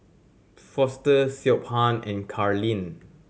Foster Siobhan and Karlene